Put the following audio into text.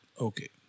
Okay